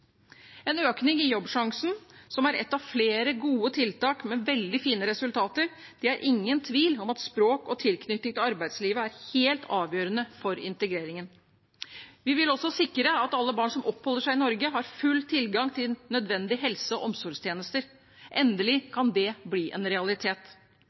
en økning i Jobbsjansen, som er et av flere gode tiltak med veldig fine resultater. Det er ingen tvil om at språk og tilknytning til arbeidslivet er helt avgjørende for integreringen. Vi vil også sikre at alle barn som oppholder seg i Norge, har full tilgang til nødvendige helse- og omsorgstjenester – endelig